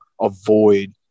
avoid